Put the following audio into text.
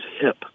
hip